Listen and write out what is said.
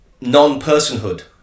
non-personhood